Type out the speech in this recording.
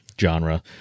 genre